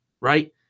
right